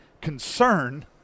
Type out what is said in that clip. concern